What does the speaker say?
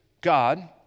God